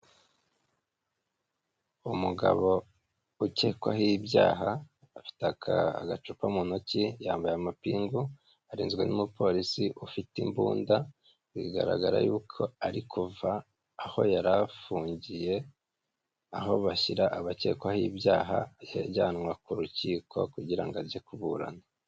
Umugabo ukekwaho ibyaha afite agacupa mu ntoki yambaye amaping; arinzwe n'umupolisi ufite imbunda, zigaragara yuko ari kuva aho yari afungiye; aho bashyira abakekwaho ibyaha, ajyanwa ku rukiko kugira ngo ajye kuburana.